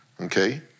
okay